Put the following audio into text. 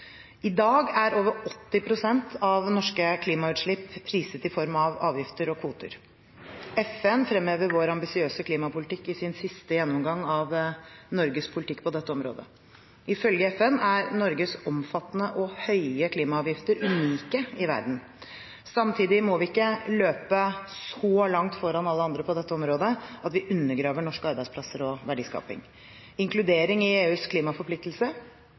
I dag er over 80 pst. av norske klimagassutslipp priset i form av avgifter og kvoter. FN fremhever vår ambisiøse klimapolitikk i sin siste gjennomgang av Norges politikk på dette området. Ifølge FN er Norges omfattende og høye klimaavgifter unike i verden. Samtidig må vi ikke løpe så langt foran alle andre på dette området at vi undergraver norske arbeidsplasser og verdiskaping. Inkludering i EUs klimaforpliktelse